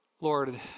Lord